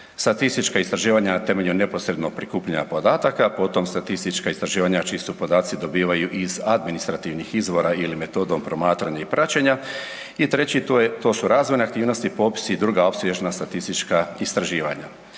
Statistička istraživanja na temelju neposrednog prikupljanja podataka, potom statistička istraživanja čiji se podaci dobivaju iz administrativnih izvora ili metodom promatranja i praćenja i treći to su razvojne aktivnosti, popisi i druga opsežna statistička istraživanja.